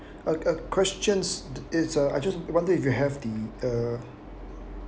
a a questions is uh I just wonder if you have the uh